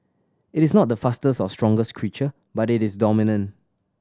it is not the fastest or strongest creature but it is dominant